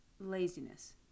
laziness